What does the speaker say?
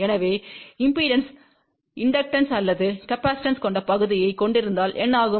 எனவே இம்பெடன்ஸ் தூண்டக்கூடிய அல்லது கெபாசிடண்ஸ் கொண்ட பகுதியைக் கொண்டிருந்தால் என்ன ஆகும்